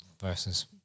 versus